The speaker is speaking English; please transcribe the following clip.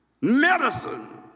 Medicine